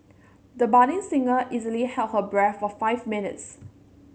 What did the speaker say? the budding singer easily held her breath for five minutes